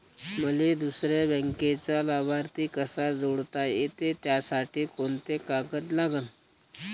मले दुसऱ्या बँकेचा लाभार्थी कसा जोडता येते, त्यासाठी कोंते कागद लागन?